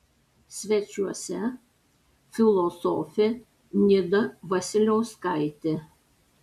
svečiuose filosofė nida vasiliauskaitė